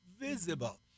visible